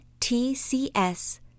TCS